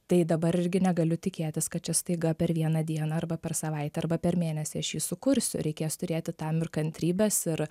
tai dabar irgi negaliu tikėtis kad čia staiga per vieną dieną arba per savaitę arba per mėnesį aš jį sukursiu reikės turėti tam ir kantrybės ir